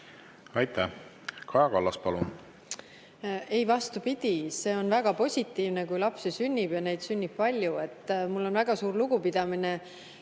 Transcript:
Aitäh! Kaja Kallas, palun! Ei, vastupidi. See on väga positiivne, kui lapsi sünnib ja neid sünnib palju. Mul on väga suur lugupidamine